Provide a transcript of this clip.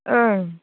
ओं